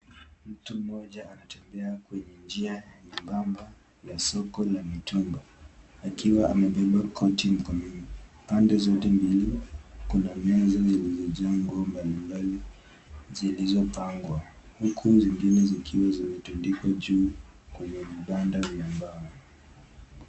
Mtu mmoja anatembea kwaenye njia nyembamba ya soko la mitumba, akiwa amembeba koti mkononi. Pande zote mbili Kuna meza zimejengwa mbalimbali zilizopangwa, huku zingene zikiwa zimetandikwa juu kwenye vibanda vya mbao.